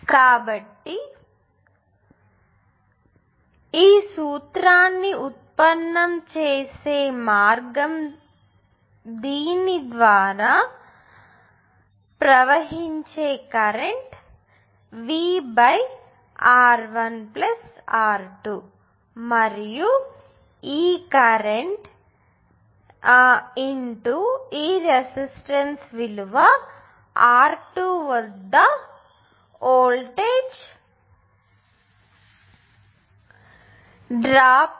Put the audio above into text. కాబట్టి ఇది లభిస్తుంది మరియు ఈ సూత్రాన్ని ఉత్పన్నం చేసే మార్గం దీని ద్వారా ప్రవహించే కరెంట్ VR1R2 మరియు ఈ కరెంట్ ఈ రెసిస్టెన్స్ విలువ R2 వద్ద వోల్టేజ్ డ్రాప్ అవుతుంది